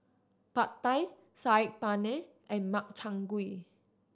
Pad Thai Saag Paneer and Makchang Gui